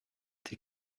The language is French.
des